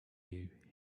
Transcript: you